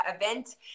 event